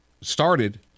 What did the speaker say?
started